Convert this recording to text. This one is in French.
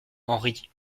henri